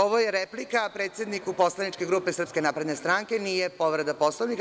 Ovo je replika predsedniku poslaničke grupe Srpske napredne stranke, nije povreda Poslovnika.